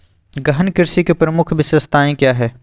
गहन कृषि की प्रमुख विशेषताएं क्या है?